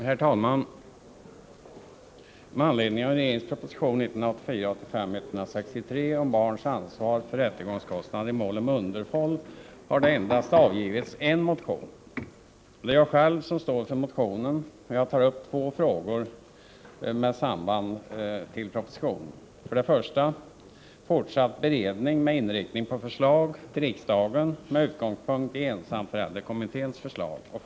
Herr talman! Med anledning av regeringens proposition 1984/85:163 om barns ansvar för rättegångskostnader i mål om underhåll har det endast avgivits en motion. Det är jag själv som står för motionen, och jag tar upp två frågor i samband med propositionen. 2.